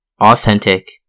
authentic